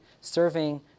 serving